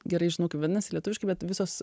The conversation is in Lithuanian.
gerai žinau kaip vadinasi lietuviškai bet visos